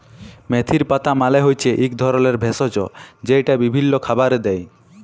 মেথির পাতা মালে হচ্যে এক ধরলের ভেষজ যেইটা বিভিল্য খাবারে দেয়